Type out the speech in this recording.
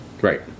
Right